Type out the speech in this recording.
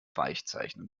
weichzeichnen